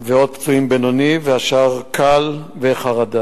ועוד פצועים בינוני, והשאר, קל וחרדה.